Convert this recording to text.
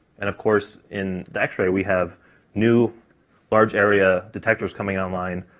and of course in the x-ray we have new large area detectors coming online.